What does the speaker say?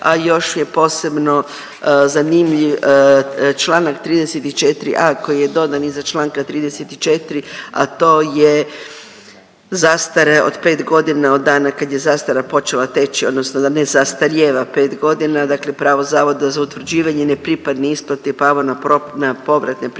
a još je posebno zanimljiv čl. 34.a. koji je dodan iza čl. 34., a to je zastara od 5.g. od dana kad je zastara počela teći odnosno da ne zastarijeva 5.g., dakle pravo zavoda za utvrđivanje ne pripadne isplate je pravo na povratne pripadne